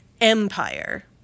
Empire